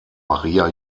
maria